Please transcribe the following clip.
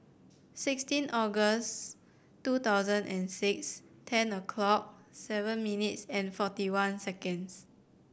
sixteen August two thousand and six ten o'clock seven minutes forty one seconds